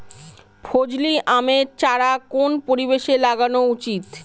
ফজলি আমের চারা কোন পরিবেশে লাগানো উচিৎ?